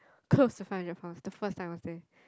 close to five hundred pounds the first time I was there